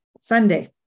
Sunday